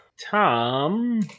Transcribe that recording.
Tom